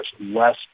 less